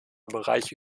bereiche